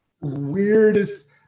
weirdest